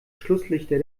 schlusslichter